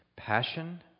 passion